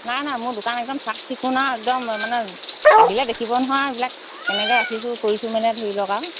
নাই নাই মোৰ দোকান একদম চাফ চিকুণ আৰু একদম মানে আহিলে দেখিব নহয় আৰু এইবিলাক কেনেকৈ ৰাখিছোঁ কৰিছোঁ মানে ধৰি লওক আৰু